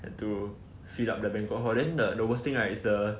and to fill up the banquet hall then the worst thing right is the